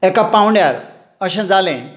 एका पांवड्यार अशें जालें